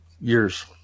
years